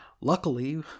luckily